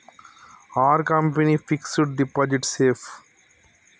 Are company fixed deposit safe?